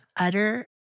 utter